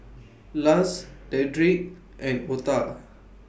Luz Dedric and Otha